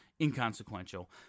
inconsequential